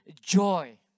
joy